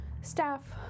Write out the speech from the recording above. staff